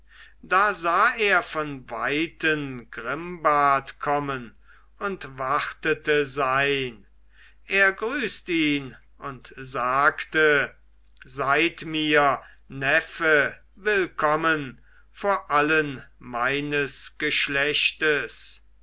da sah er von weiten grimbart kommen und wartete sein er grüßt ihn und sagte seid mir neffe willkommen vor allen meines geschlechtes